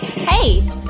Hey